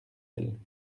elles